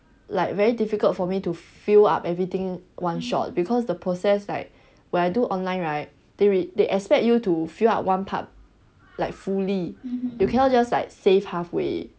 like very difficult for me to fill up everything one shot because the process like when I do online right they they expect you to fill out one part like fully you cannot just like save halfway